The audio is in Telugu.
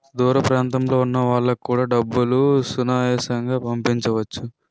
దూర ప్రాంతంలో ఉన్న వాళ్లకు కూడా డబ్బులు సునాయాసంగా పంపించవచ్చు